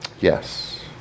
yes